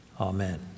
amen